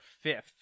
fifth